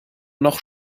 noch